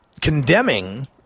condemning